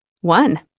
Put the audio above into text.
One